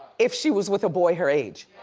if she was with a boy her age.